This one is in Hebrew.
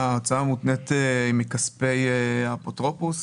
ההוצאה המותנית היא מכספי האפוטרופוס.